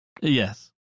Yes